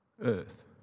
earth